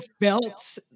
felt